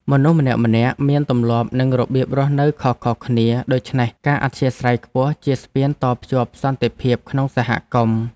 មនុស្សម្នាក់ៗមានទម្លាប់និងរបៀបរស់នៅខុសៗគ្នាដូច្នេះការអធ្យាស្រ័យខ្ពស់ជាស្ពានតភ្ជាប់សន្តិភាពក្នុងសហគមន៍។